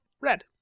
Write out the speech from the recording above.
Red